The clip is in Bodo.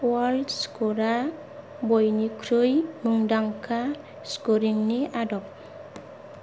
वर्ल्ड स्क'रया बयनिख्रुइ मुंदांखा स्क'रिंनि आदब